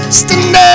stand